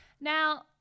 Now